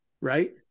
right